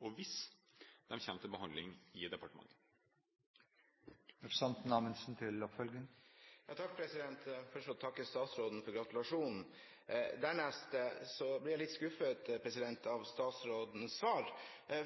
og hvis de kommer til behandling i departementet. Jeg vil først få takke statsråden for gratulasjonen. Dernest: Jeg ble litt skuffet over statsrådens svar,